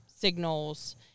signals